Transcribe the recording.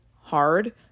hard